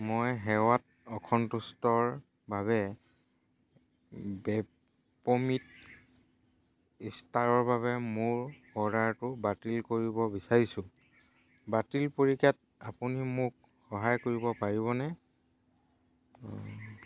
মই সেৱাত অসন্তুষ্টৰ বাবে বেপমিত ইষ্টাৰৰ বাবে মোৰ অৰ্ডাৰটো বাতিল কৰিব বিচাৰিছো বাতিল প্ৰক্ৰিয়াত আপুনি মোক সহায় কৰিব পাৰিবনে